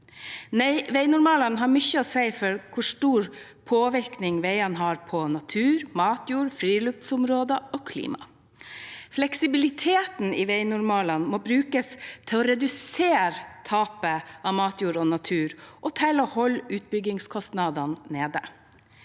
Veinormalene har mye å si for hvor stor påvirkning veiene har på natur, matjord, friluftsområder og klima. Fleksibiliteten i veinormalene må brukes til å redusere tapet av matjord og natur og til å holde utbyggingskostnadene nede.